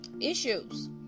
issues